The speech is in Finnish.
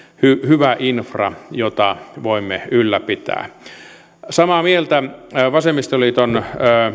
hyvä infra jota voimme ylläpitää olen samaa mieltä vasemmistoliiton